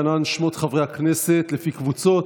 להלן שמות חברי הכנסת לפי קבוצות.